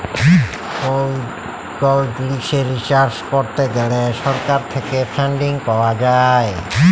call জিলিসে research করত গ্যালে সরকার থেক্যে ফান্ডিং পাওয়া যায়